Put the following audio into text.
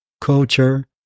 culture